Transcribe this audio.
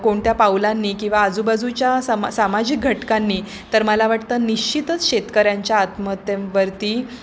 कोणत्या पावलांनी किंवा आजूबाजूच्या सामा सामाजिक घटकांनी तर मला वाटतं निश्चितच शेतकऱ्यांच्या आत्महत्येंवरती